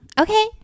Okay